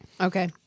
Okay